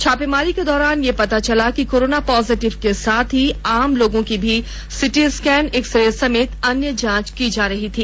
छापेमारी के दौरान यह पता चला कि कोरोना पॉजिटिव के साथ आम लोगों की भी सीटी स्कैन एक्सरे समेत अन्य जांच की जा रही थी